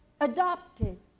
adopted